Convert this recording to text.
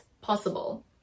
possible